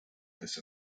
this